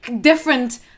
different